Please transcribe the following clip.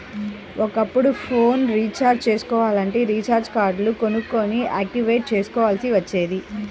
ఒకప్పుడు phone recharge చేసుకోవాలంటే recharge కార్డులు కొనుక్కొని యాక్టివేట్ చేసుకోవాల్సి వచ్చేది